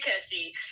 catchy